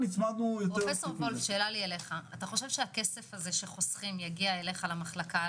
אתה חושב שהכסף שחוסכים יגיע אליך למחלקה,